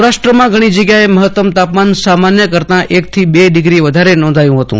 સૌરાષ્ટ્રમાં ઘણી જગ્યા એ મહત્તમ તાપમાન સામાન્ય કરતાં એકથી બે ડિગ્રી વધારે નોંધાયું હતું